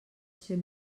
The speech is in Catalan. ser